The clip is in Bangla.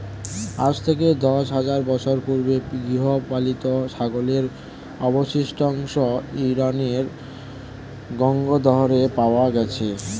আজ থেকে দশ হাজার বছর পূর্বে গৃহপালিত ছাগলের অবশিষ্টাংশ ইরানের গঞ্জ দারেহে পাওয়া গেছে